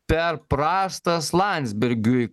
per prastas landsbergiui